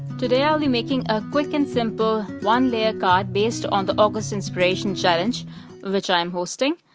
today, i'll be making a quick and simple one layer card based on the august inspiration challenge which i am hosting.